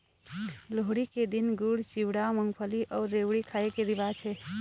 लोहड़ी के दिन गुड़, चिवड़ा, मूंगफली अउ रेवड़ी खाए के रिवाज हे